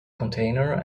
container